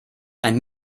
ein